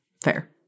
Fair